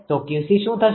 તો 𝑄𝐶 શુ થશે